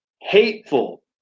hateful